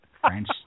French